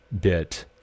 bit